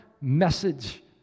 message